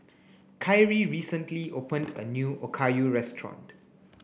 Kyrie recently opened a new Okayu restaurant